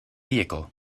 vehicle